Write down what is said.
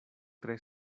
tre